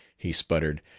he spluttered,